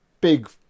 big